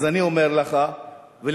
אז אני אומר לך ולכמותך: